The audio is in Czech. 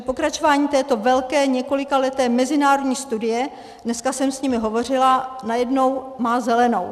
Pokračování této velké několikaleté mezinárodní studie, dneska jsem s nimi hovořila, najednou má zelenou.